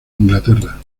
inglaterra